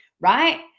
right